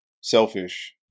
selfish